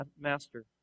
master